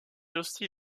aussi